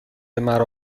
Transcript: مرا